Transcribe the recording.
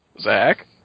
Zach